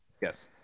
yes